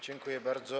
Dziękuję bardzo.